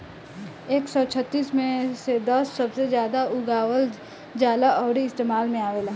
एक सौ छत्तीस मे से दस सबसे जादा उगावल जाला अउरी इस्तेमाल मे आवेला